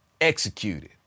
executed